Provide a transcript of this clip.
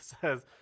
says